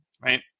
right